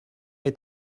est